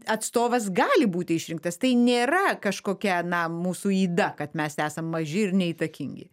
atstovas gali būti išrinktas tai nėra kažkokia na mūsų yda kad mes esam maži ir neįtakingi